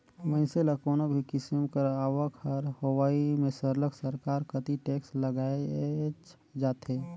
मइनसे ल कोनो भी किसिम कर आवक कर होवई में सरलग सरकार कती टेक्स लगाएच जाथे